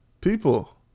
People